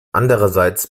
andererseits